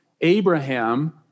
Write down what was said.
Abraham